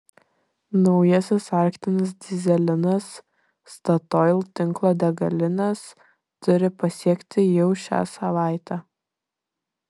naujasis arktinis dyzelinas statoil tinklo degalines turi pasiekti jau šią savaitę